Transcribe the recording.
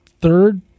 third